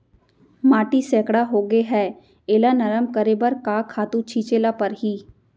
माटी सैकड़ा होगे है एला नरम करे बर का खातू छिंचे ल परहि?